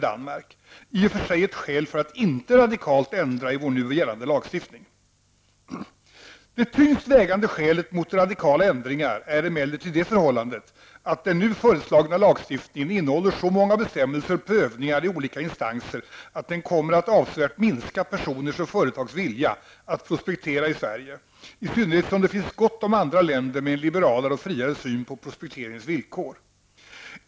Danmark -- vilket i och för sig är ett skäl för att inte radikalt ändra i vår nu gällande lagstiftning. Det tyngst vägande skälet mot radikala ändringar är emellertid det förhållandet, att den nu föreslagna lagstiftningen innehåller så många bestämmelser och prövningar i olika instanser, att den kommer att avsevärt minska personers och företags vilja att prospektera i Sverige, i synnerhet som det finns gott om andra länder med en liberalare och friare syn på prospekteringens villkor.